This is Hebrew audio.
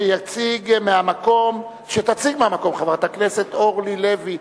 שתציג מהמקום חברת הכנסת אורלי לוי.